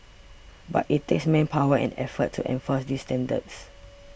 but it takes manpower and effort to enforce these standards